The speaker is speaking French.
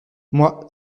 moi